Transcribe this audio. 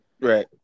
Right